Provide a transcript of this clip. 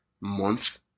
month